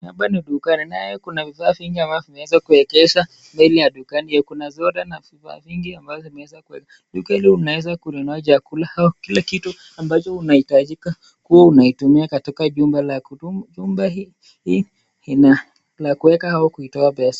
Hapa ni dukani. Nayo kuna vifaa vingi ambazo zimeweza kuwekezwa mbele ya dukani hili. Kuna soda na vifaa vingi ambavyo vimeweza kuweka. Duka hili unaweza kununua chakula au kila kitu ambacho unahitajika kuwa unaitumika katika jumba lako. Jumba hii ina la kuweka au kutoa pesa.